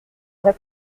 vrai